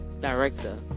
director